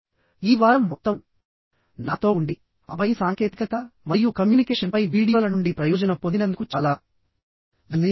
ఈ వారం మొత్తం నాతో ఉండి ఆపై సాంకేతికత మరియు కమ్యూనికేషన్పై వీడియోల నుండి ప్రయోజనం పొందినందుకు చాలా ధన్యవాదాలు